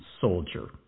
soldier